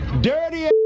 dirty